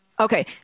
okay